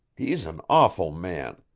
he's an awful man.